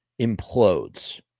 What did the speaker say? implodes